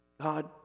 God